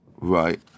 right